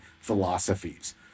philosophies